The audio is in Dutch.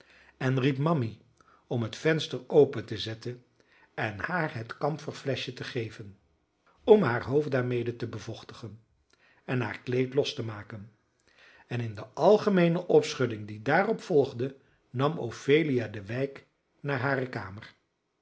en riep mammy om het venster open te zetten en haar het kamferfleschje te geven om haar hoofd daarmede te bevochtigen en haar kleed los te maken en in de algemeene opschudding die daarop volgde nam ophelia de wijk naar hare kamer